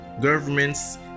governments